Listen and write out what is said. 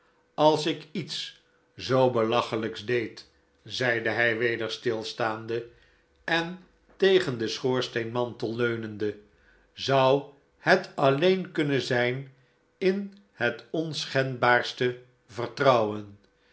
als ik iets zoo belachelijks deed zeide hij weder stilstaande en tegen den schoorsteenmantel leunende zou het alleen kunnen zijn in het onschendbaarste vertrouwen